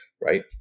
right